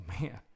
man